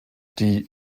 die